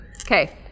Okay